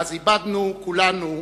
מאז איבדנו כולנו